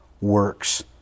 works